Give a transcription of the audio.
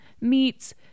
meets